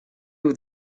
with